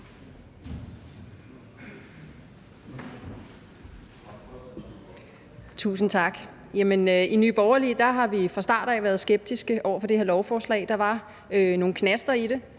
Tusind tak. I Nye Borgerlige har vi fra start af været skeptiske over for det her lovforslag. Der var nogle knaster i det,